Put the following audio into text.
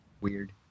Weird